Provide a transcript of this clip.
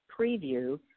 preview